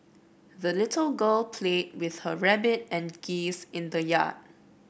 the little girl played with her rabbit and geese in the yard